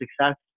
success